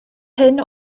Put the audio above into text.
hyn